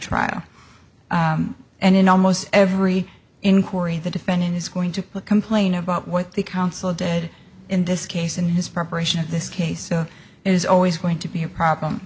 trial and in almost every inquiry the defendant is going to put complain about what the council did in this case in his preparation of this case so it is always going to be a problem